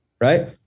Right